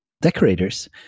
decorators